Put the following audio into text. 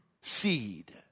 seed